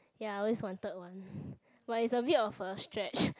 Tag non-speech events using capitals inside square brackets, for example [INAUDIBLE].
ya I always wanted one [BREATH] but it's a bit of a stretch [NOISE]